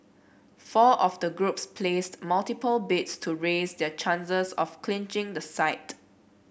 four of the groups placed multiple bids to raise their chances of clinching the site